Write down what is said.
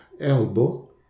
elbow